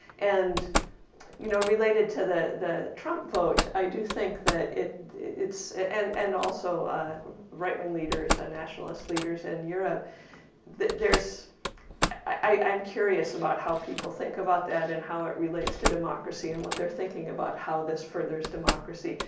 and you know related to the the trump vote, i do think that it it's and and also right-wing leaders on nationalist leaders and europe there's i i'm curious about how people think about that and how it relates to democracy and what they're thinking about how this furthers democracy.